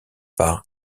par